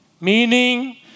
Meaning